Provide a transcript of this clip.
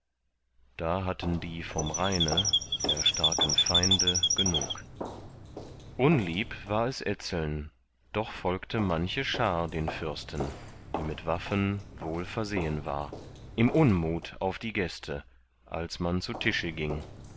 da hatten die vom rheine der starken feinde genug unlieb war es etzeln doch folgte manche schar den fürsten die mit waffen wohl versehen war im unmut auf die gäste als man zu tische ging